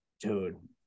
dude